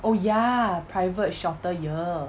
oh ya private shorter year